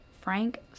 Frank